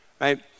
right